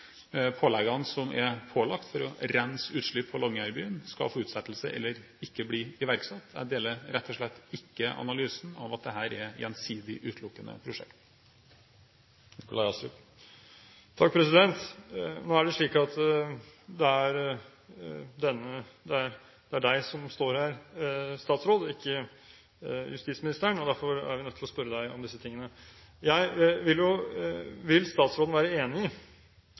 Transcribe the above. påleggene som er kommet for å rense utslipp i Longyearbyen, skal få utsettelse eller ikke bli iverksatt. Jeg deler rett og slett ikke analysen av at dette er et gjensidig utelukkende prosjekt. Nå er det slik at det er olje- og energiministeren som står her, og ikke justisministeren. Derfor er jeg nødt til å spørre ham om disse tingene. Vil statsråden være enig i